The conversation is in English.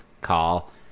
call